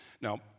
Now